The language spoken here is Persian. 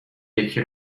یکی